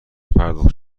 پرداخت